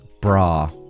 bra